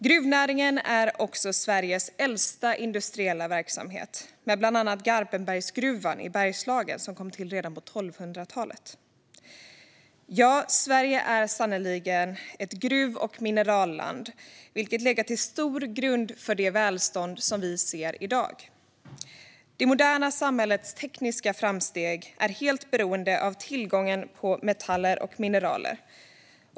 Gruvnäringen är också Sveriges äldsta industriella verksamhet; bland annat Garpenbergsgruvan i Bergslagen kom till redan på 1200-talet. Ja, Sverige är sannerligen ett gruv och mineralland, och det har till stor del legat till grund för det välstånd vi ser i dag. Det moderna samhällets tekniska framsteg är helt beroende av tillgången på metaller och mineral.